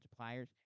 multipliers